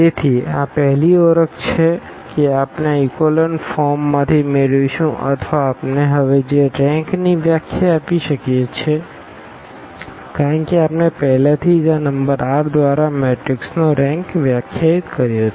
તેથી આ પહેલી ઓળખ છે કે આપણે આ ઇકોલન ફોર્મમાંથી મેળવીશું અથવા આપણે હવે જે રેંકની વ્યાખ્યા આપી શકીએ છીએ કારણ કે આપણે પહેલાથી જ આ નંબર r દ્વારા મેટ્રિક્સ નો રેંક વ્યાખ્યાયિત કર્યો છે